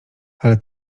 ale